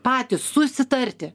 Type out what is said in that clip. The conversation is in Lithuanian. patys susitarti